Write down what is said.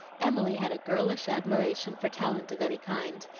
emily had a girlish admiration for talent of any kind,